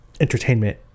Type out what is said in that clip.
entertainment